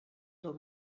del